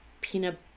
Peanut